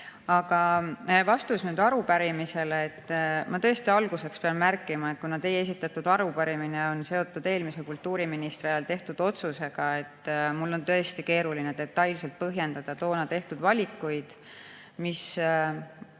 Aga vastus arupärimisele. Ma pean alustuseks märkima, et kuna teie esitatud arupärimine on seotud eelmise kultuuriministri ajal tehtud otsusega, siis mul on tõesti keeruline detailselt põhjendada toona tehtud valikuid, mis